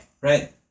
Right